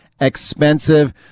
expensive